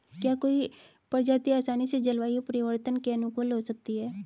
क्या कोई प्रजाति आसानी से जलवायु परिवर्तन के अनुकूल हो सकती है?